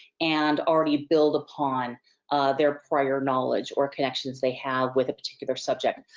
and already build upon their prior knowledge, or connections they have with a particular subject.